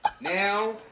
Now